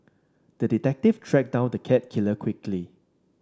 the detective tracked down the cat killer quickly